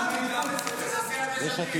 --- איזה סיעת יש עתיד?